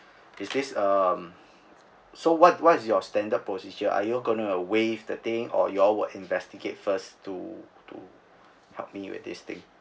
is this um so what what's your standard procedure are you gonna waive the thing or y'all will investigate first to to help me with this thing